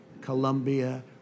Colombia